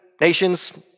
nations